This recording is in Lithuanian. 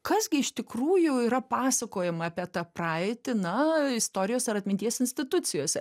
kas gi iš tikrųjų yra pasakojama apie tą praeitį na istorijos ar atminties institucijose